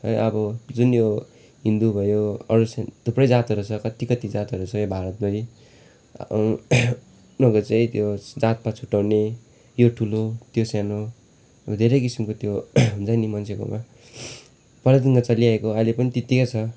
है अब जुन यो हिन्दु भयो अरू चेन थुप्रै जातहरू छ कति कति जातहरू छ यो भारतभरि उनीहरूको चाहिँ त्यो जातपात छुट्याउने यो ठुलो त्यो सानो धेरै किसिमको त्यो हुन्छ नि मान्छेकोमा पहिलादेखिको चलिआएको अहिले पनि त्यतिकै छ